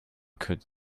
could